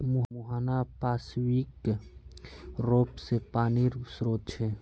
मुहाना पार्श्विक र्रोप से बंद पानीर श्रोत छे